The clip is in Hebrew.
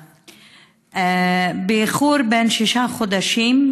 באיחור בן שישה חודשים,